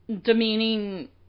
demeaning